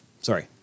sorry